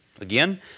Again